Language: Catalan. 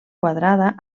quadrada